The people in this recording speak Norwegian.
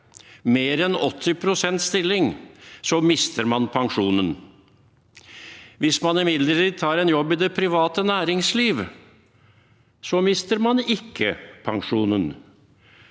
mer enn 80 pst. stilling, mister man pensjonen. Hvis man imidlertid tar en jobb i det private næringsliv, mister man ikke pensjonen.